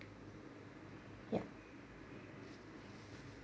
ya